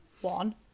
one